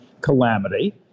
calamity